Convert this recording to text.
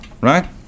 right